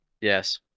Yes